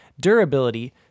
Durability